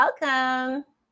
welcome